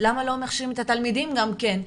למה לא מכשירים את התלמידים גם כן,